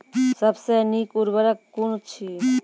सबसे नीक उर्वरक कून अछि?